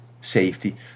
safety